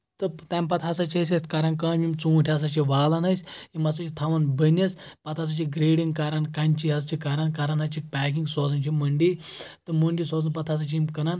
تہٕ تَمہِ پَتہٕ ہسا چھِ أسۍ یَتھ کَران کٲم یِم ژوٗنٛٹھۍ ہسا چھِ والان أسۍ یِم ہَسا چھِ تھاوان بٔنِس پَتہٕ ہسا چھِ گرٛیڈِنٛگ کَران کَنچی ہسا چھِ کران کران حظ چھِ پیکِنٛگ سوزان چھِ مٔنٛڈی تہٕ مٔنٛڈی سوزنہٕ پَتہٕ ہَسا چھِ یِم کٕنان